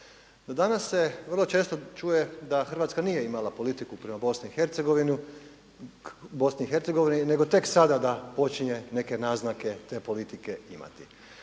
A danas se vrlo često čuje da Hrvatska nije imala politiku prema BiH nego tek sada da počinje neke naznake te politike imati.